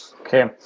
Okay